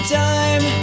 time